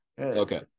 Okay